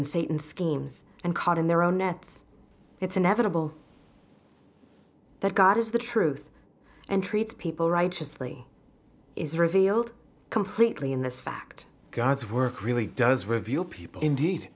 in satan schemes and caught in their own nets it's inevitable that god is the truth and treats people righteously is revealed completely in this fact god's work really does rev